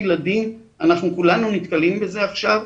אנחנו כולנו נתקלים בזה עכשיו.